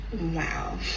Wow